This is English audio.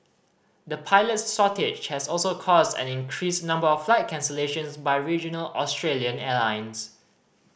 the pilot shortage has also caused an increased number of flight cancellations by regional Australian airlines